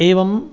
एवम्